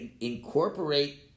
incorporate